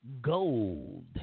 gold